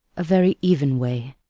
a very even way,